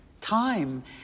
Time